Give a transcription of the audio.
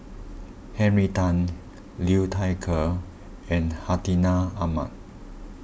Henry Tan Liu Thai Ker and Hartinah Ahmad